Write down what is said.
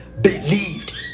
believed